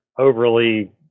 overly